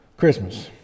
Christmas